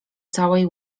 całej